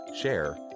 share